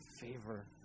favor